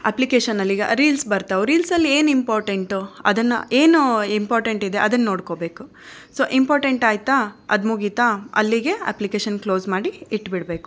ಅಪ್ಲಿಕೇಶನಲ್ಲೀಗ reels ಬರ್ತಾವೆ ರೀಲ್ಸಲ್ಲಿ ಏನು ಇಂಪಾರ್ಟೆಂಟು ಅದನ್ನು ಏನು ಇಂಪಾರ್ಟೆಂಟ್ ಇದೆ ಅದನ್ನೋಡ್ಕೋಬೇಕು ಸೊ ಇಂಪಾರ್ಟೆಂಟ್ ಆಯಿತಾ ಅದು ಮುಗೀತಾ ಅಲ್ಲಿಗೆ ಅಪ್ಲಿಕೇಶನ್ ಕ್ಲೋಸ್ ಮಾಡಿ ಇಟ್ಟುಬಿಡ್ಬೇಕು